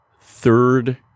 third